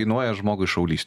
kainuoja žmogui šaulystė